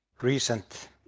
recent